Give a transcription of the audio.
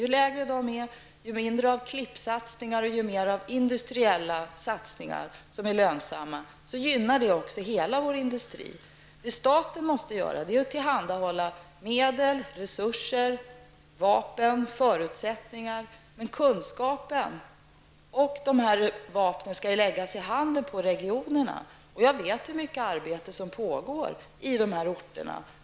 Ju lägre de är och ju mindre av klippsatsningar, desto mer får man av industriella satsningar som är lönsamma och som gynnar hela vår industri. Staten måste tillhandahålla medel, resurser, ansvar och förutsättningar, men kunskapen och ansvaret skall läggas i handen på regionerna. Jag vet att det pågår mycket arbete på de här orterna.